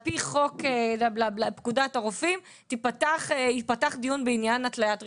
פי חוק פקודת הרופאים ייפתח דיון בעניין התליית רישיונו.